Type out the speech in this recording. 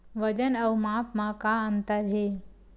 वजन अउ माप म का अंतर हे?